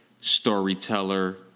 storyteller